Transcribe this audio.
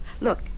look